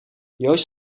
joost